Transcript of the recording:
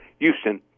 Houston